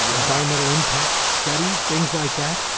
yeah environmental impact studies, things like that.